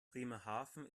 bremerhaven